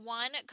one